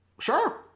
Sure